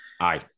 Aye